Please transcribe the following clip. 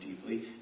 deeply